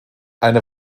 eine